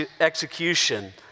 execution